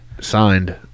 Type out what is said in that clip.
signed